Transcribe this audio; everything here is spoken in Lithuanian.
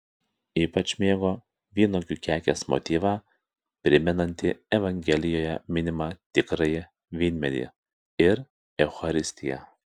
ypač mėgo vynuogių kekės motyvą primenantį evangelijoje minimą tikrąjį vynmedį ir eucharistiją